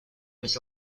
was